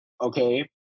Okay